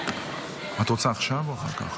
אתכם.